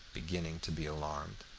beginning to be alarmed.